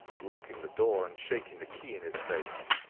locking the door, and shaking the key in his face.